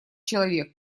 человек